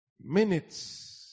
Minutes